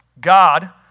God